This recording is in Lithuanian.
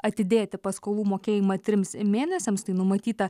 atidėti paskolų mokėjimą trims mėnesiams tai numatyta